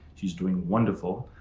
she's doing wonderful.